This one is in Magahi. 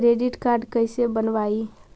क्रेडिट कार्ड कैसे बनवाई?